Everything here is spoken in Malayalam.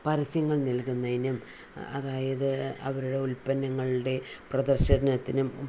പരസ്യങ്ങൾ നൽകുന്നതിനും അതായത് അവരുടെ ഉൽപ്പന്നങ്ങളുടെ പ്രദർശനത്തിനും